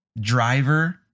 driver